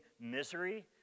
misery